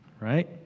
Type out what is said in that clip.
Right